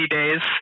days